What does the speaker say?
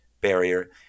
barrier